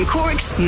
Cork's